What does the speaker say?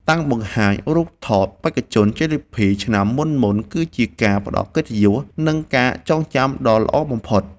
តាំងបង្ហាញរូបថតបេក្ខជនជ័យលាភីឆ្នាំមុនៗគឺជាការផ្ដល់កិត្តិយស និង ការចងចាំដ៏ល្អបំផុត។